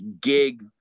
gig